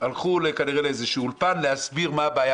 הלכו כנראה לאיזשהו אולפן להסביר מה הבעיה